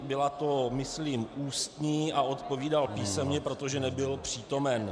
Byla to myslím ústní a odpovídal písemně, protože nebyl přítomen.